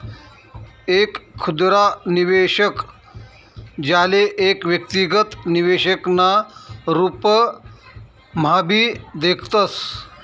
एक खुदरा निवेशक, ज्याले एक व्यक्तिगत निवेशक ना रूपम्हाभी देखतस